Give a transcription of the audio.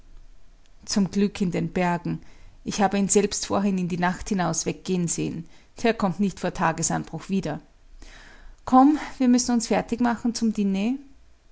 zum glück in den bergen ich habe ihn selbst vorhin in die nacht hinaus weggehen sehen der kommt nicht vor tagesanbruch wieder komm wir müssen uns fertig machen zum diner